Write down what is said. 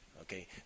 okay